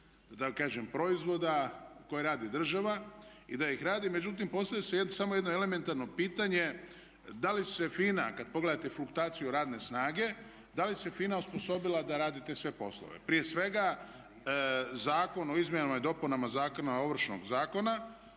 tako kažem proizvoda koje radi država i da ih radi, međutim postavlja se samo jedno elementarno pitanje da li se FINA kad pogledate fluktuaciju radne snage da li se FINA osposobila da radi te sve poslove? Prije svega Zakon o izmjena zakona, Ovršnog zakona